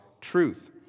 truth